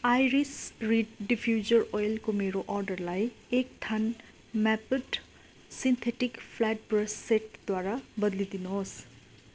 iris reed diffuser ओइलको मेरो अर्डरलाई एक थान mapped synthetic flat brush set द्वारा बद्लिदिनु होस्